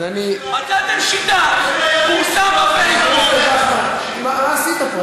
מצאתם שיטה, מה עשית פה?